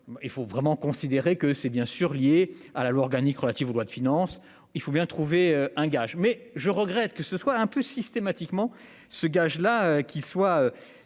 il faut vraiment considérer que c'est bien sûr lié à la loi organique relative aux lois de finances, il faut bien trouver un gage mais je regrette que ce soit un peu systématiquement ce gage là qui soient